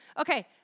Okay